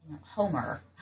Homer